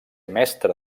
mestre